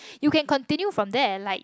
you can continue from there like